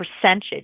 percentage